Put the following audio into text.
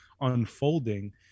unfolding